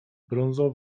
brązo